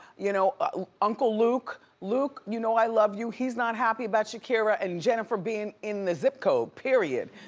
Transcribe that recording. you know ah uncle luke, luke, you know i love you. he's not happy about shakira and jennifer being in the zip code, period.